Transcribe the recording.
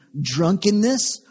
drunkenness